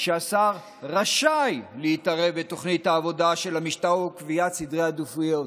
שהשר רשאי להתערב בתוכנית העבודה של המשטרה וקביעת סדרי עדיפויות.